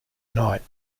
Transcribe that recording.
night